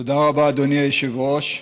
תודה רבה, אדוני היושב-ראש.